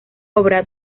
obra